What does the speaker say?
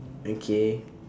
okay